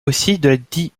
direction